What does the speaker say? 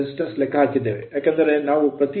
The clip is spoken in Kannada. ಏಕೆಂದರೆ ನಾವು ಪ್ರತಿ ಹಂತಕ್ಕೆ 0